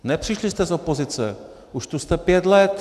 Nepřišli jste z opozice, už tu jste pět let.